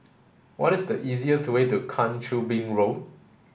what is the easiest way to Kang Choo Bin Road